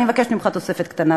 אני מבקשת ממך תוספת קטנה,